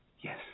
Yes